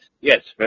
Yes